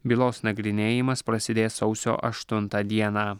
bylos nagrinėjimas prasidės sausio aštuntą dieną